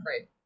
Right